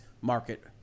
market